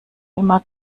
immer